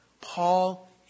Paul